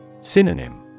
Synonym